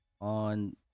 on